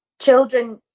children